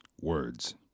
Words